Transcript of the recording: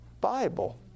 Bible